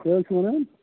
کیٛاہ حظ چھُو ونان